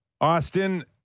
Austin